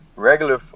regular